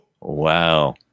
Wow